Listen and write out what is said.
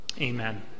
Amen